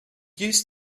used